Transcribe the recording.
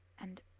And